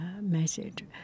message